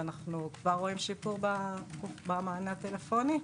ואנחנו כבר רואים שיפור במענה הטלפוני.